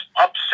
upset